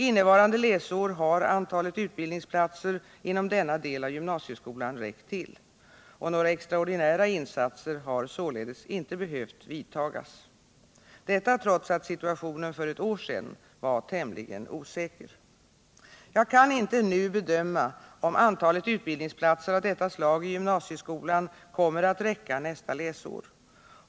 Innevarande läsår har antalet utbildningsplatser inom denna del av gymnasieskolan räckt till, och några extraordinära insatser har således inte behövt vidtagas. Detta trots att situationen för ett år sedan var tämligen osäker. Jag kan inte nu bedöma om antalet utbildningsplatser av detta slag i gymnasieskolan kommer att räcka nästa läsår.